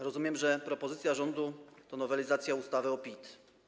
Rozumiem, że propozycja rządu to nowelizacja ustawy o PIT.